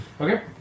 Okay